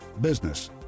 business